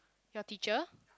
your teacher